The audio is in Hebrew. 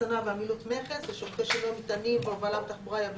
אחסנה ועמילות מכס: שירותי שינוע מטענים והובלה בתחבורה יבשתית,